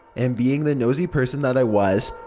and, being the nosy person that i was,